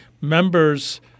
members